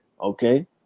Okay